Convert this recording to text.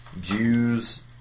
Jews